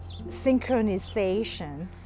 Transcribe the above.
synchronization